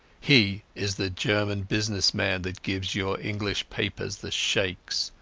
he is the german business man that gives your english papers the shakes.